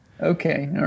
Okay